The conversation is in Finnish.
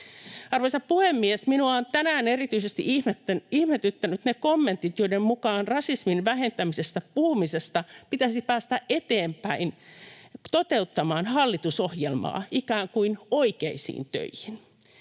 Arvoisa puhemies! Minua on tänään erityisesti ihmetyttänyt ne kommentit, joiden mukaan rasismin vähentämisestä puhumisesta pitäisi päästä eteenpäin toteuttamaan hallitusohjelmaa, ikään kuin oikeisiin töihin.